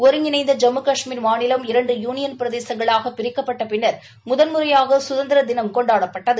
ஒருங்கிணைந்த ஜம்மு கஷ்மீர் மாநிலம் இரண்டு புனியன் பிரதேசங்களாக பிரிக்கப்பட்ட பின்னர் முதல் முறையாக சுதந்திரதினம் கொண்டாப்பட்டது